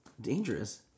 dangerous